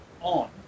on